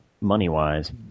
money-wise